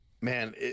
man